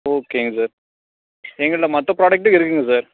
ஓகேங்க சார் எங்கள்தில் மற்ற ப்ராடெக்டும் இருக்குங்க சார்